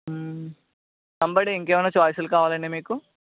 కంబైడే ఇంకేవైనా చాయిస్లు కావాలండీ మీకు